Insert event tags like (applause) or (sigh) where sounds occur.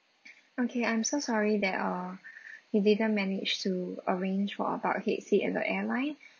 okay I'm so sorry that uh (breath) we didn't manage to arrange for about head seat as a airline